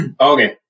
Okay